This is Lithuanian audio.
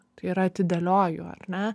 tai yra atidėlioju ar ne